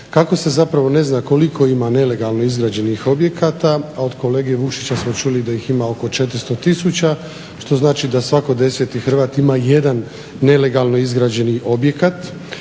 kako se zapravo ne zna koliko ima nelegalno izgrađenih objekata, a od kolege Vukšića smo čuli da ih ima oko 400 tisuća, što znači da svaki 10. Hrvat ima jedan nelegalno izgrađeni objekt.